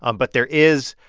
um but there is,